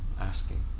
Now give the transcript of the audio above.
asking